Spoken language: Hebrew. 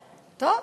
טוב,